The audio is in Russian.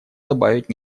добавить